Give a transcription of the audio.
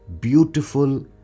beautiful